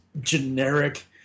generic